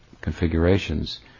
configurations